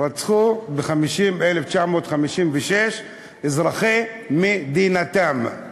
רצחו ב-1956 אזרחי מדינתם.